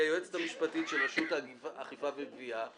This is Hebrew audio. שהיא היועצת המשפטית של רשות האכיפה והגבייה,